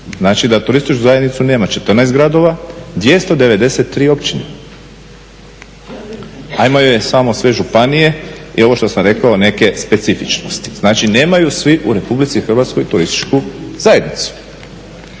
Znači da turističku zajednicu nema 14 gradova, 293 općine, a imaju je samo sve županije i ovo što sam rekao neke specifičnosti. Znači nemaju svi u RH turističku zajednicu.